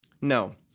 No